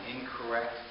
incorrect